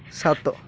ସାତ